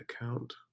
account